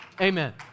Amen